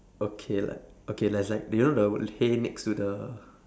okay like okay there's like do you know the hay next to the